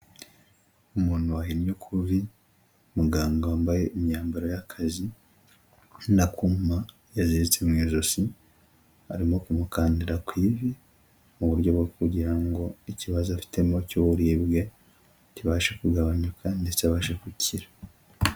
Umuntu wahinnye ukuvi, muganga wambaye imyambaro y'akazi n'akuma yaziritse mu ijosi, arimo kumukandira ku ivi mu buryo bwo kugira ngo ikibazo afitemo cy'uburibwe kibashe kugabanyuka ndetse abashe gukira.